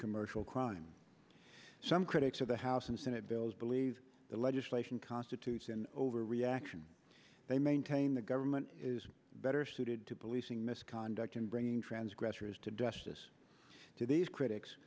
commercial crime some critics of the house and senate bills believe the legislation constitutes an overreaction they maintain the government is better suited to policing misconduct in bringing transgressors to dust this to these critics